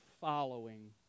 following